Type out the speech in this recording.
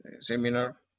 seminar